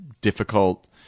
difficult